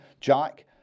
Jack